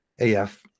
AF